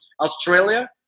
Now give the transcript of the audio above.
Australia